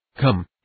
Come